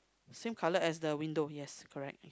same color as the window yes correct